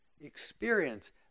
experience